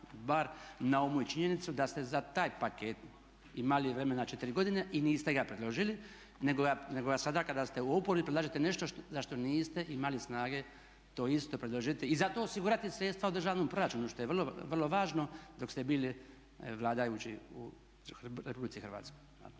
bar na umu i činjenicu da ste za taj paket imali vremena 4 godine i niste ga predložili nego ga sada kada ste u oporbi predlažete nešto za što niste imali snage to isto predložiti i za to osigurati sredstva u državnom proračunu što je vrlo važno dok ste bili vladajući u RH.